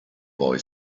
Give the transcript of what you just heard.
boy